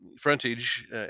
frontage